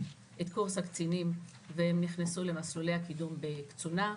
את קורס קצינים ונכנסו למסלולי הקידום בקצונה,